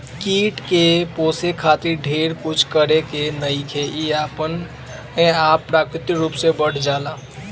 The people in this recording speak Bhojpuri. कीट के पोसे खातिर ढेर कुछ करे के नईखे इ अपना आपे प्राकृतिक रूप से बढ़ जाला